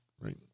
right